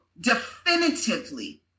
Definitively